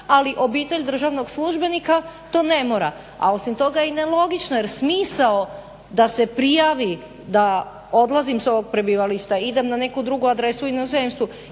ali obitelj državnog službenika to ne mora. A osim toga i nelogično je jer smisao da se prijavi da odlazim s ovog prebivališta i idem na neku drugu adresu u inozemstvu